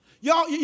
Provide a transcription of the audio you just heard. Y'all